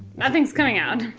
nothing's coming out.